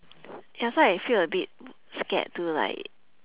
ya so I feel a bit scared to like